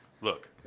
Look